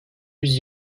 yüz